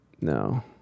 No